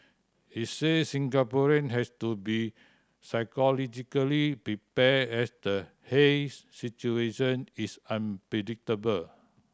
he said Singaporean has to be psychologically prepared as the haze situation is unpredictable